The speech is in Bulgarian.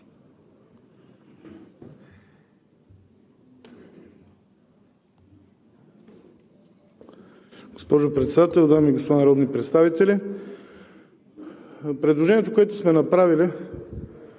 Госпожо Председател, дами и господа народни представители! Предложението, което сме направили,